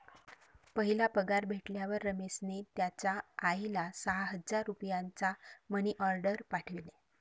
पहिला पगार भेटल्यावर रमेशने त्याचा आईला सहा हजार रुपयांचा मनी ओर्डेर पाठवले